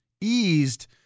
eased